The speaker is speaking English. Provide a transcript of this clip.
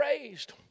raised